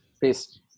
Peace